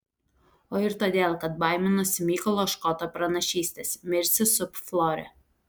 o ir todėl kad baiminosi mykolo škoto pranašystės mirsi sub flore